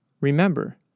remember